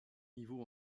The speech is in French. niveau